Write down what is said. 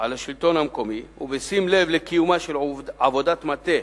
על השלטון המקומי ובשים לב לקיומה של עבודת מטה